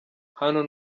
hano